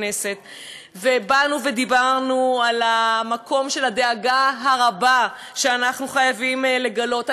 ובאנו ודיברנו על המקום של הדאגה הרבה שאנחנו חייבים לגלות.